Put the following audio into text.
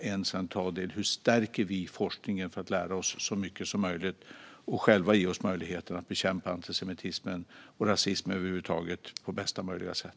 Det handlar om hur vi stärker forskningen för att lära oss så mycket som möjligt och ge oss själva möjlighet att bekämpa antisemitismen - och rasismen över huvud taget - på bästa möjliga sätt.